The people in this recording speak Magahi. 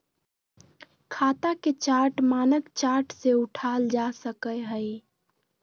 खाता के चार्ट मानक चार्ट से उठाल जा सकय हइ